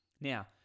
Now